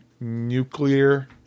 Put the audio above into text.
nuclear